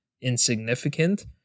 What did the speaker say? insignificant